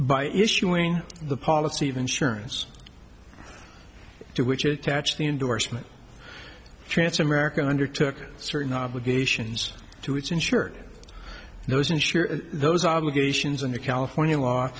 by issuing the policy of insurance to which attach the endorsement transamerica undertook certain obligations to its insured those insured those obligations under california law